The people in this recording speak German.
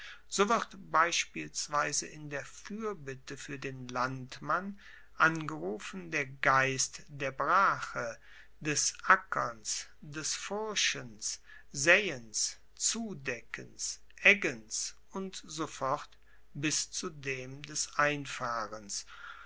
wird beispielsweise in der fuerbitte fuer den landmann angerufen der geist der brache des ackerns des furchens saeens zudeckens eggens und so fort bis zu dem des einfahrens